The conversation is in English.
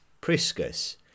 Priscus